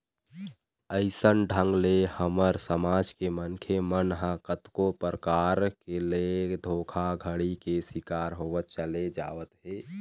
अइसन ढंग ले हमर समाज के मनखे मन ह कतको परकार ले धोखाघड़ी के शिकार होवत चले जावत हे